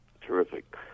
Terrific